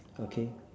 okay